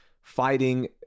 fighting